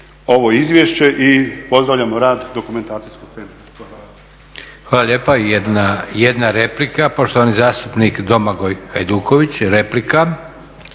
ovo izvješće i pozdravljamo rad Dokumentacijskog centra.